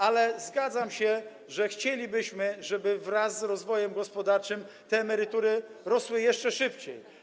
Ale zgadzam się, że chcielibyśmy, żeby wraz z rozwojem gospodarczym te emerytury rosły jeszcze szybciej.